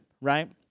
right